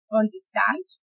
understand